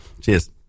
Cheers